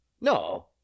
No